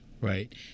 Right